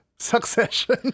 Succession